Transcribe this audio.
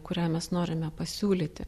kurią mes norime pasiūlyti